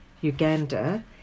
uganda